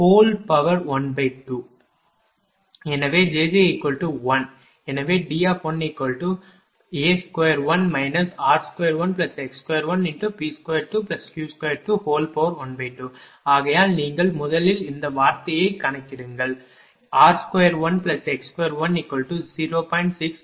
எனவே jj1 எனவே D1A21 r21x2P22Q2212 ஆகையால் நீங்கள் முதலில் இந்த வார்த்தையை கணக்கிடுங்கள் r21x210